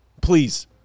Please